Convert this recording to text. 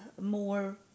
more